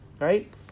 right